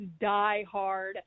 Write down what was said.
diehard